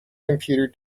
computer